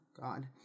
God